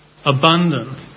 abundant